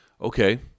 Okay